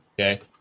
okay